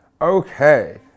Okay